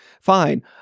fine